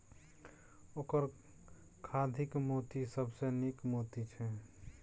ओकर खाधिक मोती सबसँ नीक मोती छै